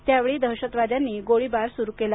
त्या वेळी दहशतवाद्यांनी गोळीबार सुरू केला